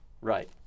right